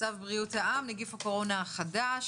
צו בריאות העם (נגיף הקורונה החדש)